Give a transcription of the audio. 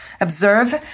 observe